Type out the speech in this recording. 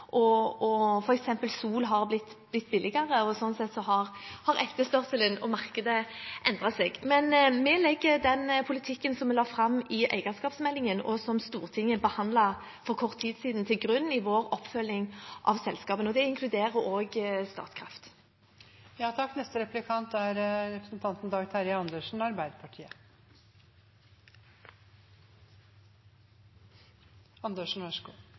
sol blitt litt billigere, og sånn sett har etterspørselen og markedet endret seg. Vi legger den politikken som vi la fram i eierskapsmeldingen, og som Stortinget behandlet for kort tid siden, til grunn i vår oppfølging av selskapene. Det inkluderer også Statkraft. Statsråden sa at hun kommer tilbake til det temaet som jeg snakket om i innledningen, så